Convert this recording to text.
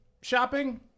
shopping